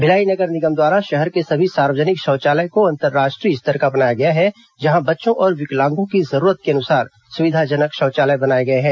भिलाई नगर निगम द्वारा शहर के सभी सार्वजनिक शौचालय को अंतर्राष्ट्रीय स्तर का बनाया गया है जहां बच्चों और विकलांगों की जरूरत के अनुसार सुविधाजनक शौचालय बगाए गए हैं